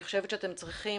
אני חושבת שאתם צריכים,